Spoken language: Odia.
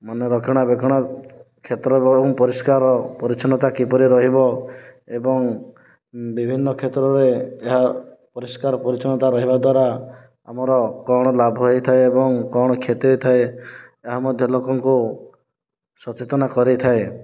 ମାନେ ରକ୍ଷଣାବେକ୍ଷଣା କ୍ଷେତ୍ର ଏବଂ ପରିଷ୍କାର ପରିଚ୍ଛନ୍ନତା କିପରି ରହିବ ଏବଂ ବିଭିନ୍ନ କ୍ଷେତ୍ରରେ ଯାହା ପରିଷ୍କାର ପରିଛନ୍ନତା ରହିବା ଦ୍ୱାରା ଆମର କ'ଣ ଲାଭ ହୋଇଥାଏ ଏବଂ କ'ଣ କ୍ଷତି ହୋଇଥାଏ ଏହା ମଧ୍ୟ ଲୋକଙ୍କୁ ସଚେତନ କରେଇଥାଏ